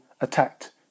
attacked